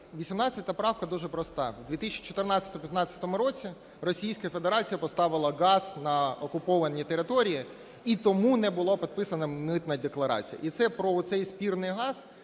18 правка дуже проста. У 2014-2015 роках Російська Федерація поставила газ на окуповані території і тому не було підписано митної декларації. І це про цей спірний газ,